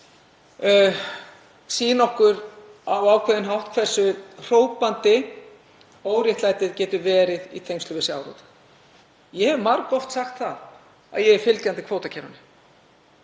sýna okkur á ákveðinn hátt hversu hrópandi óréttlætið getur verið í tengslum við sjávarútveg. Ég hef margoft sagt það að ég er fylgjandi kvótakerfinu.